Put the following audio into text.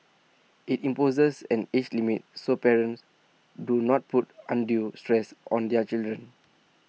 IT imposes an age limit so parents do not put undue stress on their children